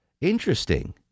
Interesting